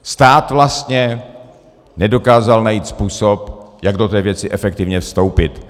Stát vlastně nedokázal najít způsob, jak do té věci efektivně vstoupit.